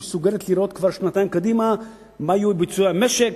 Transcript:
מסוגלת לראות כבר שנתיים קדימה מה יהיו ביצועי המשק,